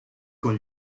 con